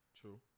True